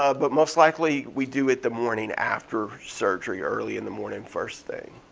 ah but most likely we do it the morning after surgery, early in the morning, first thing.